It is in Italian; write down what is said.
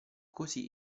così